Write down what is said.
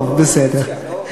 טוב, בסדר.